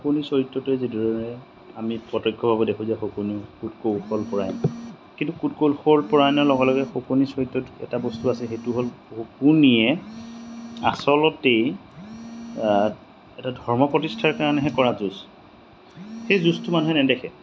শকুনিৰ চৰিত্ৰটোৱে যিদৰে আমি প্ৰত্য়ক্ষভাৱে দেখোঁ যে শকুনিও কুট কৌশল পৰায়ণ কিন্তু কুট কৌশল পৰায়নৰ লগে লগে শকুনিৰ চৰিত্ৰত এটা বস্তু আছে সেইটো হ'ল শকুনিয়ে আচলতেই এটা ধৰ্ম প্ৰতিষ্ঠাৰ কাৰণেহে কৰা যুঁজ সেই যুঁজটো মানুহে নেদেখে